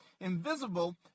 invisible